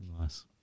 Nice